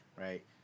right